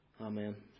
Amen